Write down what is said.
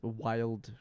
wild